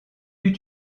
eut